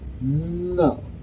No